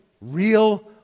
real